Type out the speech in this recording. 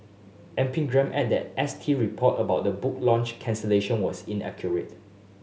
Epigram added that S T report about the book launch cancellation was inaccurate